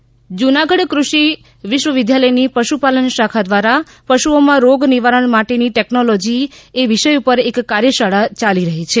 જુનાગઢ કાર્યશાળા જૂનાગઢ કૃષિ વિશ્વ વિદ્યાલયની પશુ પાલન શાખા દ્વારા પશુઓમાં રોગ નિવારણ માટેની ટેક્નોલ્લીજી એ વિષય ઉપર એક કાર્યશાળા ચાલી રહી છે